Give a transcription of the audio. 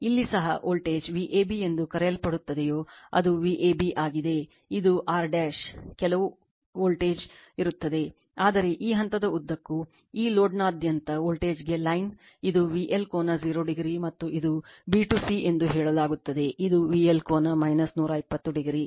ಇಲ್ಲಿ ಸಹ voltage Vab ಎಂದು ಕರೆಯಲ್ಪಡುತ್ತದೆಯೋ ಅದು Vab ಆಗಿದೆ ಇದು R ಕೆಲವು ವೋಲ್ಟೇಜ್ ಈ ಲೋಡ್ನಾದ್ಯಂತ ವೋಲ್ಟೇಜ್ಗೆ ಲೈನ್ ಇದು VL ಕೋನ 0o ಮತ್ತು ಇದನ್ನು b ಟು c ಎಂದು ಹೇಳಲಾಗುತ್ತದೆ ಇದು VL ಕೋನ 120 o